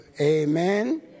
Amen